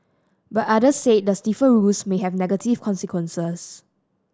but others said the stiffer rules may have negative consequences